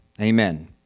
Amen